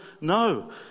No